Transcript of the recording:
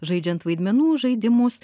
žaidžiant vaidmenų žaidimus